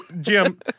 Jim